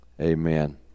amen